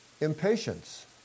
Impatience